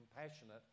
compassionate